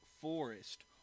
Forest